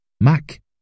Mac